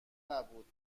نبود